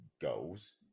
goals